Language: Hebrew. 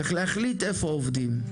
צריך להחליט איפה עובדים.